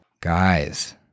Guys